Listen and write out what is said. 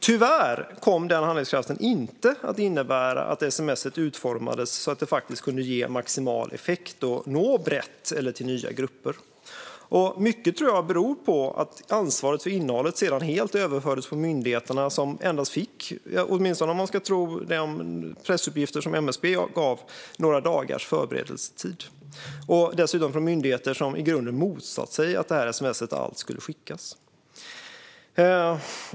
Tyvärr kom handlingskraften inte att innebära att sms:et utformades så att det faktiskt kunde ge maximal effekt och nå ut brett eller till nya grupper. Mycket tror jag beror på att ansvaret för innehållet helt överfördes på myndigheterna, som endast fick - åtminstone om man ska tro de pressuppgifter som MSB gav - några dagars förberedelsetid och som dessutom i grunden hade motsatt sig att ett sms skulle skickas.